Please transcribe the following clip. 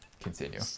Continue